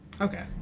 Okay